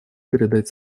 передать